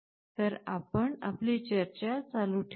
तर आपण आपली चर्चा चालू ठेवूया